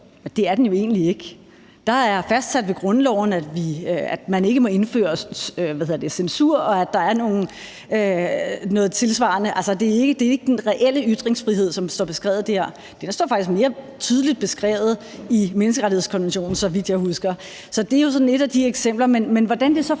det er den jo egentlig ikke. Det er fastsat i grundloven, at man ikke må indføre censur, og så er der nogle tilsvarende bestemmelser. Altså, det er ikke den reelle ytringsfrihed, som står beskrevet der. Den står faktisk mere tydeligt beskrevet i menneskerettighedskonventionen, så vidt jeg husker. Så det er jo sådan et af de eksempler. Men hvordan det så